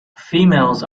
females